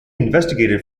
investigated